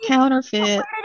Counterfeit